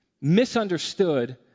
misunderstood